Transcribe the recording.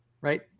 right